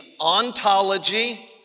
ontology